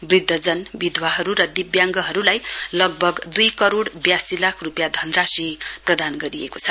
वृद्धजन विधुवाहरू र दिव्याङ्गहरूलाई लगभग दुइ करोइ ब्यासी लाख रुपियाँ धनराशि प्रदान गरिएको छ